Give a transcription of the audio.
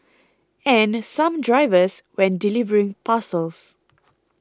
and some drivers when delivering parcels